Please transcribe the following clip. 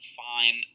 fine